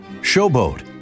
*Showboat*